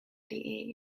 early